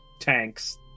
tanks